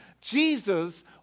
Jesus